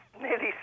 nearly